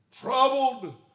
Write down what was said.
Troubled